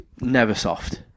Neversoft